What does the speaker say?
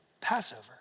Passover